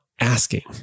asking